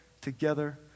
together